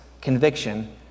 conviction